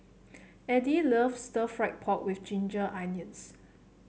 Eddie loves stir fry pork with Ginger Onions